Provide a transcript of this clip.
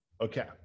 Okay